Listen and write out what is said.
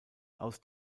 aus